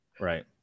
Right